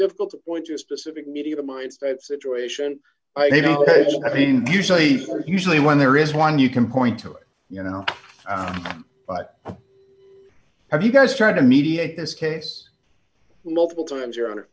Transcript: difficult to point to a specific media mindstate situation i think i mean usually usually when there is one you can point to it you know but have you guys trying to mediate this case multiple times you're